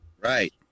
right